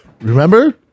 remember